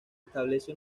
establece